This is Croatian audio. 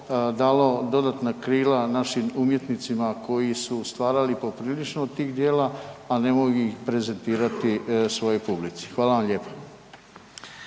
dalo dodatna krila našim umjetnicima koji su stvarali poprilično tih djela, a ne mogu ih prezentirati svojoj publici. Hvala vam lijepa.